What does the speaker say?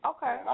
Okay